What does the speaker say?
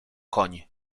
koń